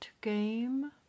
game